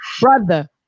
Brother